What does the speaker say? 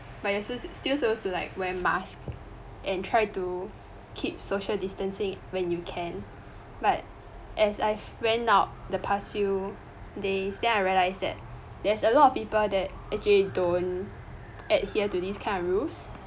but you're still still supposed to like wear mask and try to keep social distancing when you can but as i've went out the past few days then I realized that there's a lot of people that actually don't adhere to this kind of rules